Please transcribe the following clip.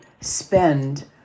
spend